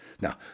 Now